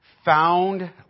Found